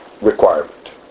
requirement